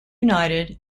united